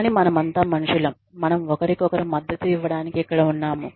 కానీ మనమంతా మనుషులం మనము ఒకరికొకరు మద్దతు ఇవ్వడానికి ఇక్కడ ఉన్నాము